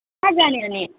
कहाँ जाने अनि